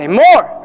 more